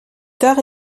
tard